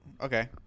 Okay